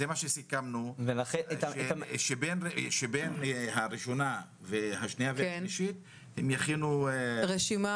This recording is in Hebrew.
סיכמנו שבין הקריאה הראשונה לשנייה והשלישית הם יכינו -- רשימה